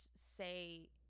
say